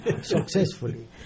successfully